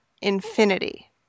infinity